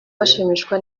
bashimishwa